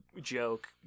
joke